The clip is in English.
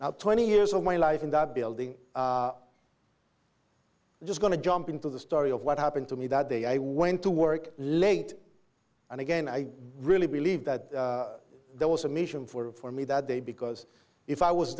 now twenty years of my life in that building just going to jump into the story of what happened to me that day i went to work late and again i really believe that there was a mission for me that day because if i was